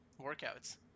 workouts